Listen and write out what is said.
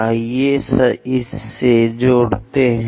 आइये इससे जुड़ते हैं